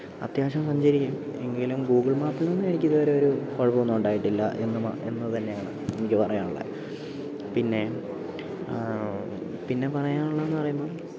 അത്യാവശ്യം സഞ്ചരിക്കും എങ്കിലും ഗൂഗിൾ മാപ്പിൽ നിന്നും എനിക്ക് ഇതുവരെ ഒരു കുഴപ്പം ഒന്നും ഉണ്ടായിട്ടില്ല എന്ന് തന്നെയാണ് എനിക്ക് പറയാൻ ഉള്ളത് പിന്നെ പിന്നെ പറയാൻ ഉള്ളതെന്ന് പറയുമ്പം